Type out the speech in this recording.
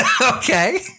Okay